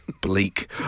Bleak